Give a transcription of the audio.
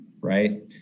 Right